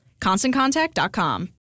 ConstantContact.com